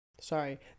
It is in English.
sorry